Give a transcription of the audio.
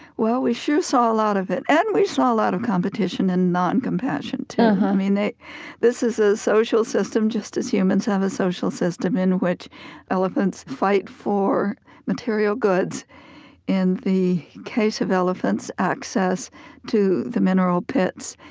well, we sure saw a lot of it. and we saw a lot of competition and non-compassion, too. i mean, this is a social system, just as humans have a social system, in which elephants fight for material goods in the case of elephants, access to the mineral pits,